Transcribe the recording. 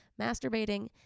masturbating